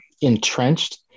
entrenched